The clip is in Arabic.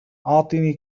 أعطني